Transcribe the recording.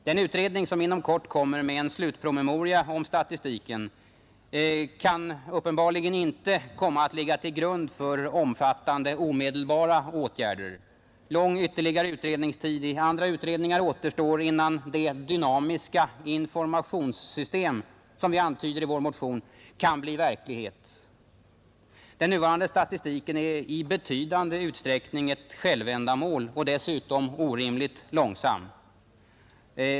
Den utredning som inom kort presenterar en slutpromemoria om statistiken kan uppenbarligen inte komma att ligga till grund för omfattande omedelbara åtgärder. Lång utredningstid ytterligare i andra utredningar återstår, innan det dynamiska informationssystem som vi antyder i vår motion kan bli verklighet. Den nuvarande statistiken är i betydande utsträckning ett självändamål och dessutom orimligt långsam.